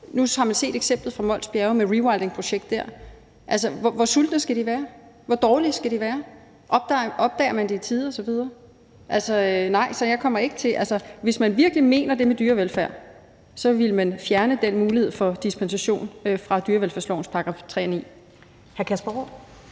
Nu har man set eksemplet fra Mols Bjerge med rewildingprojektet dér. Hvor sultne skal de være? Hvor dårlige skal de være? Opdager man det i tide osv.? Altså, nej. Hvis man virkelig mener det med dyrevelfærd, ville man fjerne den mulighed for dispensation fra dyrevelfærdslovens § 3 og § 9. Kl.